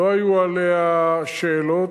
לא היו עליה שאלות,